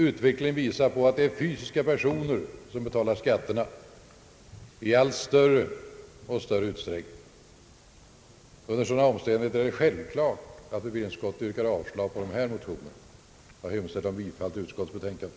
Utvecklingen visar nämligen att det i allt större utsträckning är fysiska personer som betalar skatt. Under. sådana omständigheter är det självklart att bevillningsutskottet yrkar avslag på den föreliggande motionen. Herr talman! Jag hemställer om bifall till utskottets förslag.